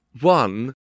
One